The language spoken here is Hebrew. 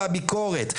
והביקורת".